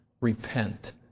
repent